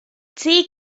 ziehe